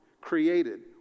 Created